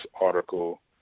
article